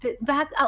back